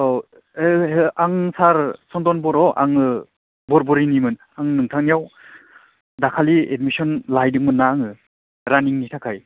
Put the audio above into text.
औ ओइ हे आं सार सन्दन बर' आङो बरबरिनिमोन आं नोंथांनियाव दाखालि एदमिसन लाहैदोंमोनना आङो रानिंनि थाखाय